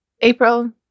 April